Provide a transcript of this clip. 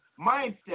mindset